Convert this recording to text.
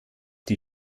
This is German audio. die